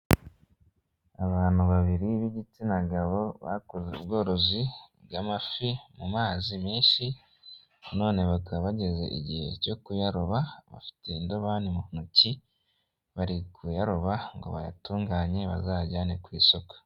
Abantu babiri b'igitsina gabo bakoze ubworozi bw'amafi mu mazi menshi none bakaba bageze igihe cyo kuyaroba bafite indobani mu ntoki bari kuyaroba ngo bayatunganye bazayajyane ku isoko.